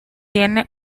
tiene